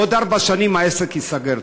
עוד ארבע שנים העסק ייסגר.